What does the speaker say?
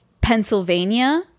Pennsylvania